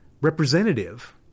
representative